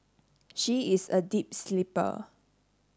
she is a deep sleeper